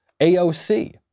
AOC